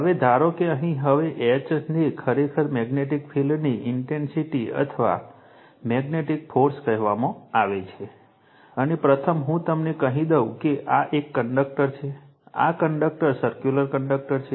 હવે ધારો કે અહીં હવે H ને ખરેખર મેગ્નેટિક ફિલ્ડની ઇન્ટેન્સિટી અથવા મેગ્નેટિક ફોર્સ કહેવામાં આવે છે અને પ્રથમ હું તમને કહી દઉં કે આ એક કન્ડક્ટર છે આ કન્ડક્ટર સર્કુલર કન્ડક્ટર છે